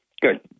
Good